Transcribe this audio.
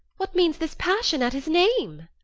what means this passion at his name?